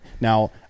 now